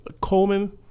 Coleman